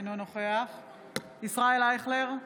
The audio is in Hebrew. אינו נוכח ישראל אייכלר,